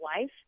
life